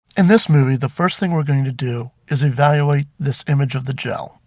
in this movie, the first thing we're going to do is evaluate this image of the gel.